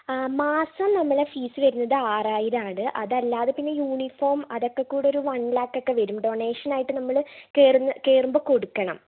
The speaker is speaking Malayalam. മാസം നമ്മുടെ ഫീസ് വരുന്നത് ആറായിരം ആണ് അതല്ലാതെ പിന്നെ യൂണിഫോം അതൊക്കെ കൂടെ ഒരു വൺ ലാക്ക് ഒക്കെ വരും ഡൊണേഷൻ ആയിട്ട് നമ്മൾ കയറുമ്പോൾ കൊടുക്കണം